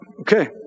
okay